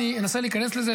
אני אנסה להיכנס לזה,